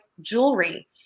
jewelry